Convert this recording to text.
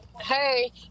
hey